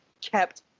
kept